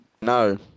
No